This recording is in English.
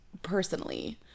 personally